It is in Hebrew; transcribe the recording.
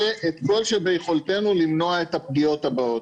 את כל שביכולתנו למנוע את הפגיעות הבאות.